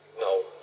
no